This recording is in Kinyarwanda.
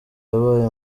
yabaye